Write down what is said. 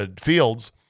Fields